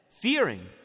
fearing